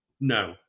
No